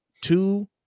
two